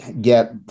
get